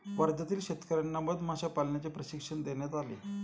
वर्ध्यातील शेतकर्यांना मधमाशा पालनाचे प्रशिक्षण देण्यात आले